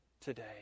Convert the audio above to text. today